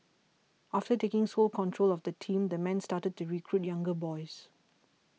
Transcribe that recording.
after taking sole control of the team the man started to recruit younger boys